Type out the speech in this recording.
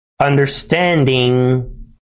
understanding